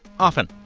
often,